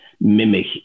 mimic